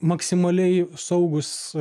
maksimaliai saugūs